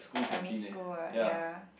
primary school eh ya